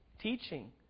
teaching